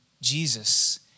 Jesus